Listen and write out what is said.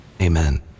amen